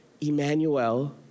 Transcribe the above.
Emmanuel